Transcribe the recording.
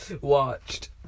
watched